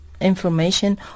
information